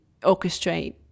orchestrate